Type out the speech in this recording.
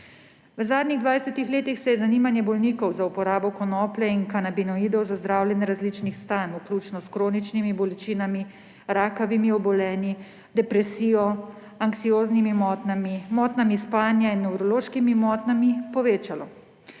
V zadnjih 20 letih se je zanimanje bolnikov za uporabo konoplje in kanabinoidov za zdravljenje različnih stanj, vključno s kroničnimi bolečinami, rakavimi obolenji, depresijo, anksioznimi motnjami, motnjami spanja in nevrološkimi motnjami, povečalo,